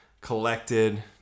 collected